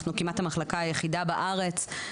אנחנו כמעט המחלקה היחידה בארץ.